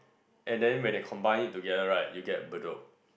and then when they combine it together right you get Bedok